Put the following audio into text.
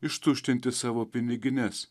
ištuštinti savo pinigines